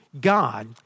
God